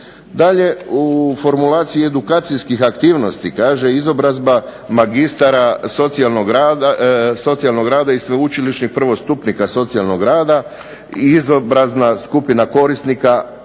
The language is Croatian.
Dalje, u formulaciji edukacijskih aktivnosti, kaže izobrazba magistara socijalnog rada i sveučilišnih prvostupnika socijalnog rada izobrazna skupina korisnika